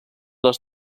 les